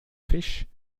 fisch